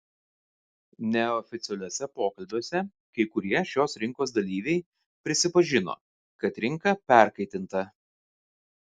neoficialiuose pokalbiuose kai kurie šios rinkos dalyviai prisipažino kad rinka perkaitinta